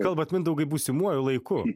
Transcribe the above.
kalbat mindaugai būsimuoju laiku